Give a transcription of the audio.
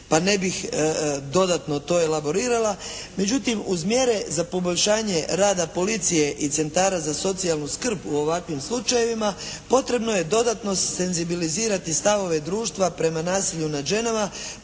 pa ne bih dodatno to elaborirala. Međutim, uz mjere za poboljšanje rada policije i centara za socijalnu skrb u ovakvim slučajevima potrebno je dodatno senzibilizirati stavove društva prema nasilju nad ženama